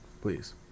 Please